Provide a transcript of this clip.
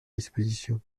dispositions